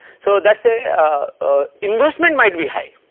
so that is a ah inducement might be high